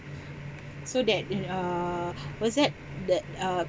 so that in a what's that that uh